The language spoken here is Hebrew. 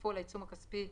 ייווספו על העצום הכספי,